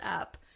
up